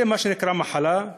זה מה שנקרא מחלה,